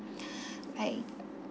like